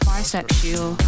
Bisexual